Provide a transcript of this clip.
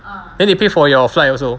then they pay for your flight also